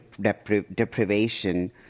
deprivation